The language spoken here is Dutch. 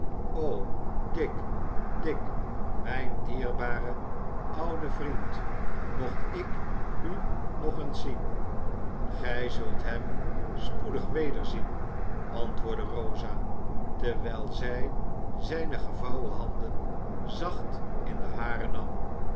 o dick dick mijn dierbare oude vriend mocht ik u nog eens zien gij zult hem spoedig wederzien antwoordde rosa terwijl zij zijne gevouwen handen zacht in de hare nam